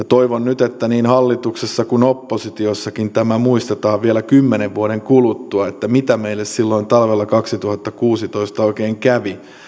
toivon nyt että niin hallituksessa kuin oppositiossakin tämä muistetaan vielä kymmenen vuoden kuluttua mitä meille silloin talvella kaksituhattakuusitoista oikein kävi